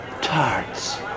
tarts